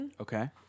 Okay